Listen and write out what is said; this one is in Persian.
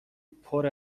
پره